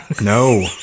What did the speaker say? No